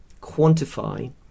quantify